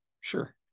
sure